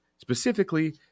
specifically